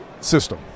system